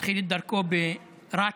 התחיל את דרכו ברצ,